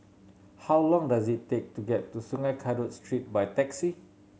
how long does it take to get to Sungei Kadut Street by taxi